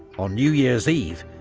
on new year's eve,